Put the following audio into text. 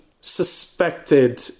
suspected